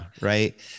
right